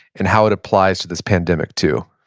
and how it applies to this pandemic too